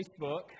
Facebook